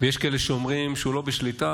ויש כאלה שאומרים שהוא לא בשליטה,